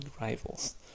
rivals